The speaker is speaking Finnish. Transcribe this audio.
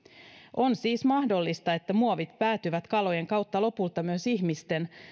on siis mahdollista että muovit päätyvät kalojen kautta lopulta myös ihmisten